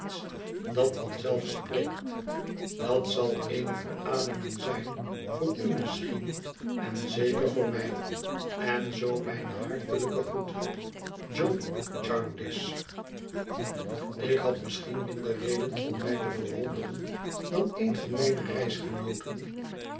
dat van zelf spreekt dat zal eene verademing zijn voor u misschien en zeker voor mij en zoo mijne hartelijke groete john jarndyce ik had misschien minder reden om mij te verwonderen dan een van mijne